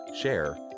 share